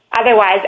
otherwise